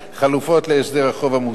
הסדר החוב,